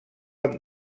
amb